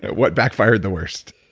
but what backfired the worst?